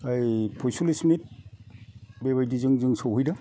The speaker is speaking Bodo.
ऐ पयचलिस मिनिट बेबादिजों जों सौहैदों